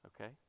Okay